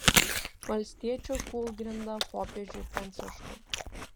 valstiečių kūlgrinda popiežiui pranciškui